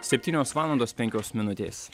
septynios valandos penkios minutės